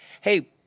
hey